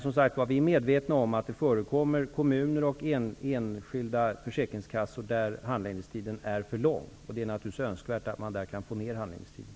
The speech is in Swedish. Vi är medvetna om att det i vissa kommuner och vid enskilda försäkringskassor förekommer att handläggningstiderna är för långa, och det är naturligtvis önskvärt att förkorta dem.